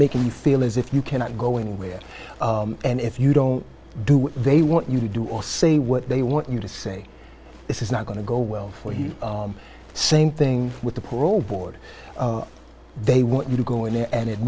make me feel as if you cannot go anywhere and if you don't do what they want you to do or say what they want you to say this is not going to go well for you same thing with the poor old board they want you to go in there and it